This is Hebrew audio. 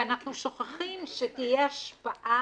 ואנחנו שוכחים שתהיה השפעה